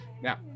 Now